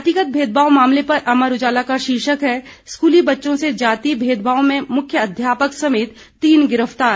जातिगत भेदभाव मामले पर अमर उजाला का शीर्षक है स्कूली बच्चों से जातीय भेदभाव में मुख्य अध्यापक समेत तीन गिरफ्तार